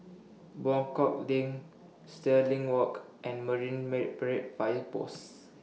Buangkok LINK Stirling Walk and Marine Parade Fire Post